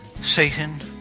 Satan